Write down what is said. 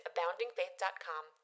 AboundingFaith.com